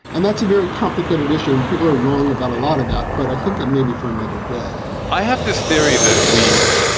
and that's a very complicated issue. and people are wrong about a lot about. but i think it may be for another day i have this theory that we've.